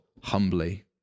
humbly